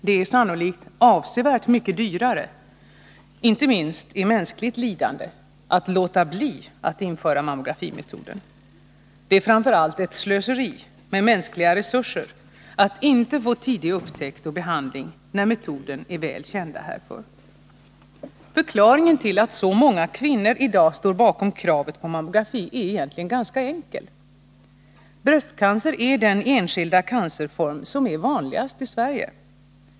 Det är sannolikt avsevärt mycket dyrare — inte minst i mänskligt lidande — att låta bli att införa mammografimetoden. Det är framför allt ett slöseri med mänskliga resurser att inte få tidig upptäckt och behandling, när metoder härför är väl kända. Förklaringen till att så många kvinnor i dag står bakom kravet på mammografi är ganska enkel. Bröstcancer är den enskilda cancerform som är vanligast i Sverige.